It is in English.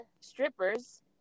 stripper's